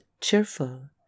cheerful